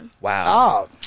wow